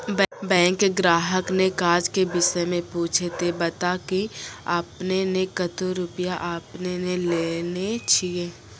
Bank ग्राहक ने काज के विषय मे पुछे ते बता की आपने ने कतो रुपिया आपने ने लेने छिए?